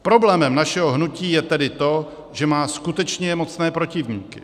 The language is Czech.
Problémem našeho hnutí je tedy to, že má skutečně mocné protivníky.